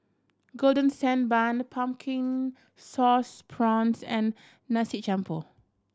Golden Sand Bun Pumpkin Sauce Prawns and nasi jampur